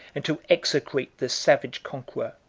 and to execrate the savage conqueror,